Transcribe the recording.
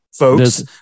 folks